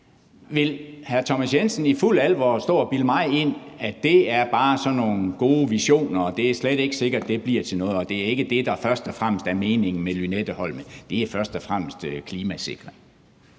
Vil hr. Thomas Jensen i fuld alvor stå og bilde mig ind, at det bare er sådan nogle gode visioner, at det slet ikke er sikkert, at det bliver til noget, og at det ikke er det, der først og fremmest er meningen med Lynetteholmen, det er først og fremmest klimasikring?